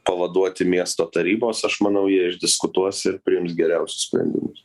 pavaduoti miesto tarybos aš manau jie išdiskutuos ir priims geriausius sprendimus